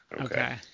Okay